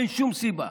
אין שום סיבה.